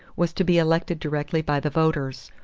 was to be elected directly by the voters,